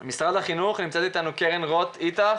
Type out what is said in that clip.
עבדנו בחמישה צוותי משנה -- -עבודה מאוד רצינית.